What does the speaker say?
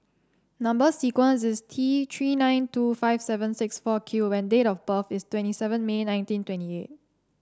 number sequence is T Three nine two five seven six four Q and date of birth is twenty seven May nineteen twenty eight